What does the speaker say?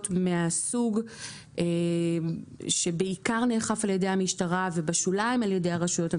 מהסוג שבעיקר נאכף על ידי המשטרה ובשוליים על ידי הרשויות המקומיות,